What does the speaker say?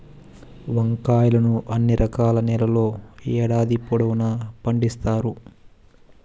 వంకాయలను అన్ని రకాల నేలల్లో ఏడాది పొడవునా పండిత్తారు